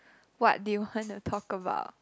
what do you want to talk about